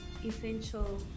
essential